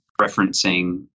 referencing